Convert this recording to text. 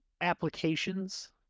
applications